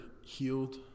healed